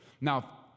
Now